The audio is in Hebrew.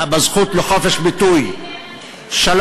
בסמכות וביוקרה של